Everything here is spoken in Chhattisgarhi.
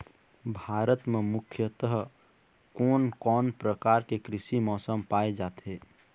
भारत म मुख्यतः कोन कौन प्रकार के कृषि मौसम पाए जाथे?